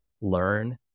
learn